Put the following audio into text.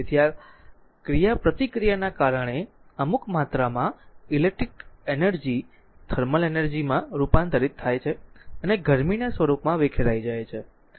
તેથી આ ક્રિયાપ્રતિક્રિયાના r કારણે અમુક માત્રામાં ઇલેક્ટ્રિક એનર્જી થર્મલ એનર્જી માં રૂપાંતરિત થાય છે અને ગરમીના સ્વરૂપમાં વિખેરાઈ જાય છે